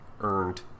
earned